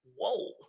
Whoa